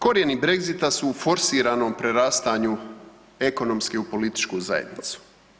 Korijeni brexita su u forsiranom prerastanju ekonomske u političku zajednicu.